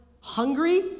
hungry